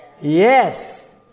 Yes